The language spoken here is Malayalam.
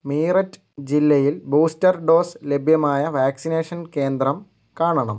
മീററ്റ് ജില്ലയിൽ ബൂസ്റ്റർ ഡോസ് ലഭ്യമായ വാക്സിനേഷൻ കേന്ദ്രം കാണണം